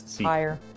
Higher